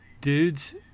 dudes